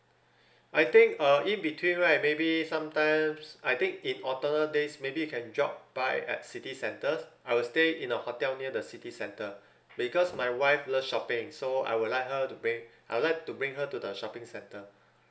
I think uh in between right maybe sometimes I think in alternate days maybe we can drop by at city centres I will stay in a hotel near the city centre because my wife love shopping so I would like her to bring I'd like to bring her to the shopping centre